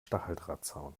stacheldrahtzaun